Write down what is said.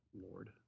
Lord